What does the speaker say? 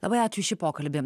labai ačiū už šį pokalbį